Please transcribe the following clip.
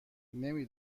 نمی